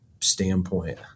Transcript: standpoint